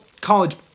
college